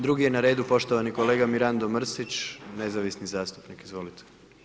Drugi je na redu, poštovani kolega Mirando Mrsić, nezavisnih zastupnik, izvolite.